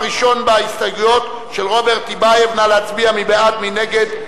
ההסתייגות של חבר הכנסת רוברט טיבייב לסעיף 46,